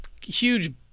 huge